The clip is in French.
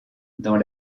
dans